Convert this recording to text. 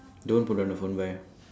don't put down the phone back